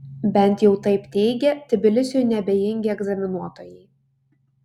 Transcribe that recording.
bent jau taip teigia tbilisiui neabejingi egzaminuotojai